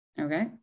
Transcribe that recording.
Okay